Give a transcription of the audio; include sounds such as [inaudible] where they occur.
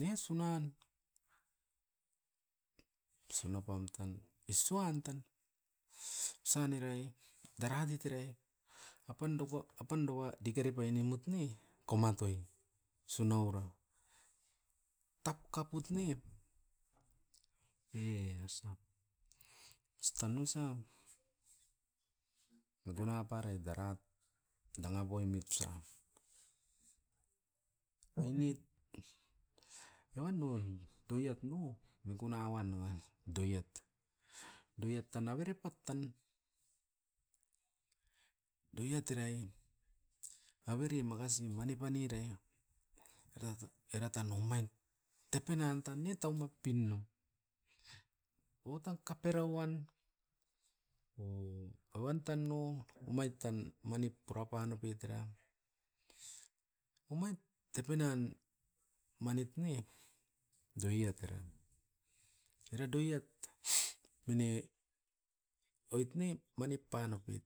ne sunan. Suna pam tan esuan tan, osan irai daratit era'i apan doku apan dua dike repai nimut ne, komatoi. Sunaura, tapkapot ne e osan, ostan osa mikuna parait, darat danga poimit osan ainit evan doavi doiat no mikuna uan nanga doiat. Doiat tan avere pat tan doiat era'i averi makasi mani pan ira'i [unintelligible] era tan omain tepen nan tan ne taumap pin'no. Outan kapera uan, o-o evan tan no omait tan manip pura pan oupait era, omait tepen nan manit ne doiat era. Era doiat [noise] nene oit ne mani pan oupit,